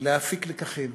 להפיק לקחים,